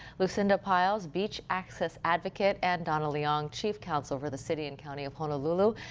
lucinda pyles beach access advocate and donna leong, chief counsel for the city and county of honolulu.